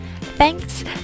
Thanks